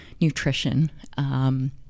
nutrition